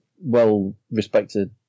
well-respected